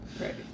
Right